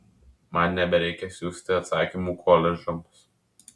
man nebereikia siųsti atsakymų koledžams